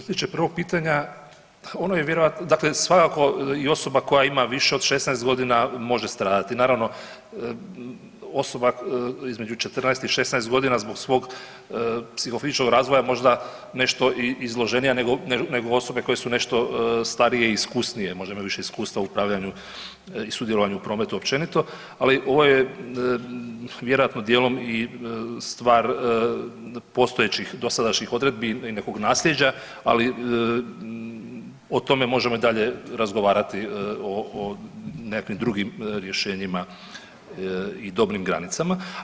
Što se tiče prvog pitanja, ono je .../nerazumljivo/... dakle svakako i osoba koja ima više od 16 godina može stradati, naravno, osoba između 14 i 16 godina zbog svog psihofizičkog razvoja možda i nešto izloženija nego osobe koje su nešto starije i iskusnije, možda imaju više iskustva u upravljanju i sudjelovanju u prometu općenito, ali ovo je vjerojatno dijelom i stvar postojećih dosadašnjih odredbi i nekog naslijeđa, ali o tome možemo i dalje razgovarati o nekakvim drugim rješenjima i dobnim granicama.